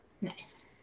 Nice